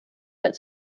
but